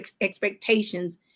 expectations